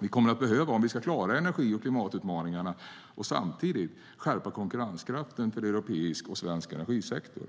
vi kommer att behöva om vi ska klara energi och klimatutmaningarna och samtidigt skärpa konkurrenskraften för europeisk och svensk energisektor.